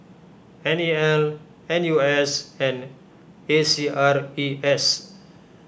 N E L N U S and A C R E S